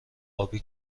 ابی